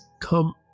come